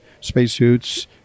spacesuits